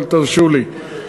אבל תרשו לי.